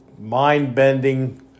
mind-bending